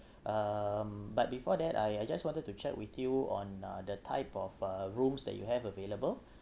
um but before that I I just wanted to check with you on uh the type of uh rooms that you have available